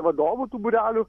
vadovų tų būrelių